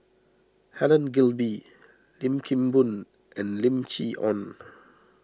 Helen Gilbey Lim Kim Boon and Lim Chee Onn